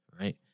right